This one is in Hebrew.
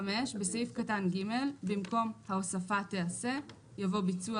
(5)בסעיף קטן (ג) - במקום "ההוספה תיעשה" יבוא "ביצוע